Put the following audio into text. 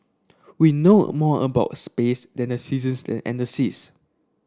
we know a more about space than the seasons and the seas